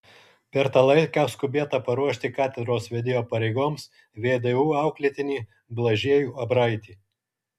per tą laiką skubėta paruošti katedros vedėjo pareigoms vdu auklėtinį blažiejų abraitį